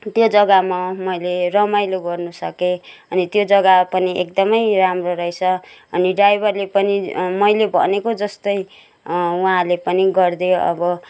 त्यो जग्गामा मैले रमाइलो गर्न सके अनि त्यो जग्गा पनि एकदमै राम्रो रहेछ अनि ड्राइभरले पनि मैले भनेको जस्तै उहाँले पनि गरिदियो अब